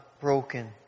broken